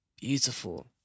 beautiful